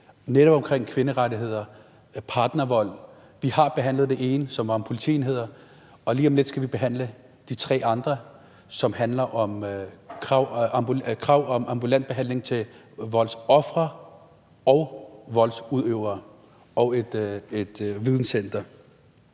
netop kvinderettigheder og partnervold. Vi har behandlet det ene, som var om politienheder, og lige om lidt skal vi behandle de tre andre, som handler om krav om ambulant behandling til voldsofre og voldsudøvere og et videnscenter.